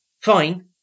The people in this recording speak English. fine